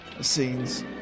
scenes